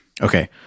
Okay